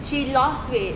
she lost weight